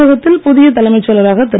தமிழகத்தில் புதிய தலைமைச் செயலராக திரு